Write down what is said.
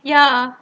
ya